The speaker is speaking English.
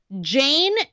Jane